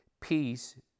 Peace